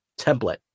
template